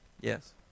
Yes